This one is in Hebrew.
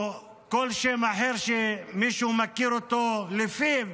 או כל שם אחר שמישהו מכיר אותו לפיו,